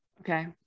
Okay